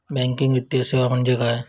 Banking वित्तीय सेवा म्हणजे काय?